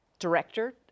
director